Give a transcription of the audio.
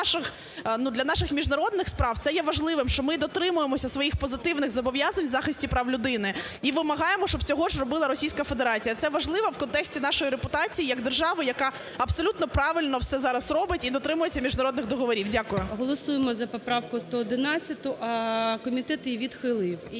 для наших міжнародних справ це є важливим, що ми дотримуємося своїх позитивних зобов'язань у захисті прав людини і вимагаємо, щоб це ж робила Російська Федерація. Це важливо у контексті нашої репутації як держави, яка абсолютно правильно все зараз робить і дотримується міжнародних договорів. Дякую. Веде засідання Перший заступник Голови